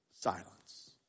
Silence